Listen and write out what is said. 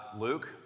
Luke